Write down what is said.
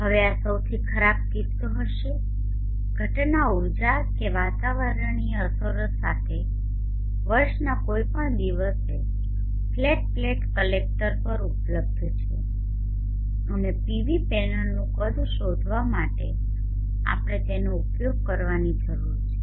હવે આ સૌથી ખરાબ કિસ્સો હશે ઘટના ઊર્જા કે જે વાતાવરણીય અસરો સાથે વર્ષના કોઈપણ દિવસે ફ્લેટ પ્લેટ કલેક્ટર પર ઉપલબ્ધ છે અને PV પેનલનુ કદ શોધવા માટે આપણે તેનો ઉપયોગ કરવાની જરૂર છે